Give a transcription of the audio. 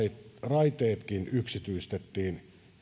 raiteetkin yksityistettiin ja otettiin takaisin kun tuli ongelmia